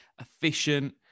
efficient